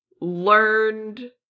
learned